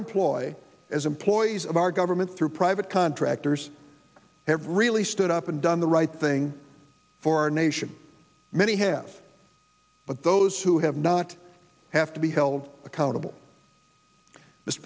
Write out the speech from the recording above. employ as employees of our government through private contractors have really stood up and done the right thing for our nation many have but those who have not have to be held accountable